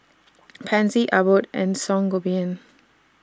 Pansy Abbott and Sangobion